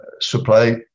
supply